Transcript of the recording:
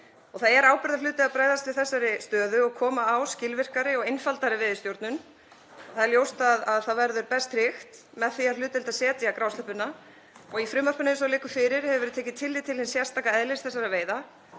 Það er ábyrgðarhluti að bregðast við þessari stöðu og koma á skilvirkari og einfaldari veiðistjórn. Það er ljóst að það verður best tryggt með því að hlutdeildarsetja grásleppuna. Í frumvarpinu eins og það liggur fyrir hefur verið tekið tillit til hins sérstaka eðlis þessara veiða,